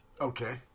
Okay